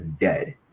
dead